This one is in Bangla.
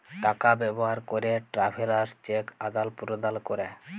টাকা ব্যবহার ক্যরে ট্রাভেলার্স চেক আদাল প্রদালে ক্যরে